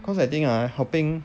cause I think are helping